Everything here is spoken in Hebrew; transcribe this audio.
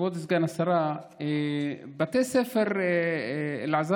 כבוד סגן השרה, בתי הספר אלעזאזמה,